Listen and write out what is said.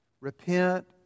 Repent